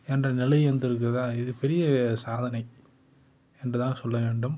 என்ற நிலை வந்துருக்குது இது பெரிய சாதனை என்றுதான் சொல்ல வேண்டும்